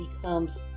becomes